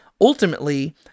Ultimately